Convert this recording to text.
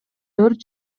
өрт